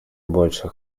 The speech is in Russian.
больше